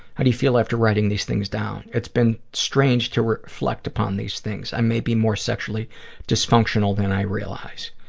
how do you feel after writing these things down? it's been strange to reflect upon these things. i may be more sexually dysfunctional than i realize.